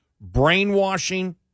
brainwashing